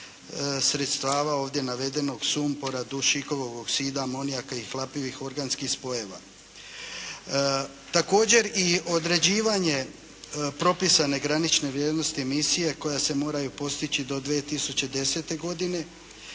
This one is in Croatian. sredstava ovdje navedenog sumpora, dušikovog oksida, amonijaka i hlapivih organskih spojeva. Također, i određivanje propisane granične vrijednosti emisije koja se moraju postići do 2010. godine,